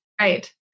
Right